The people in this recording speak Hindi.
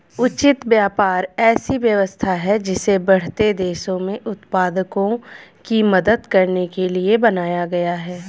उचित व्यापार ऐसी व्यवस्था है जिसे बढ़ते देशों में उत्पादकों की मदद करने के लिए बनाया गया है